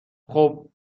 خوب